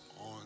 on